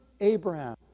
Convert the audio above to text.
Abraham